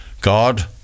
God